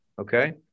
Okay